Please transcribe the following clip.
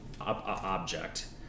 object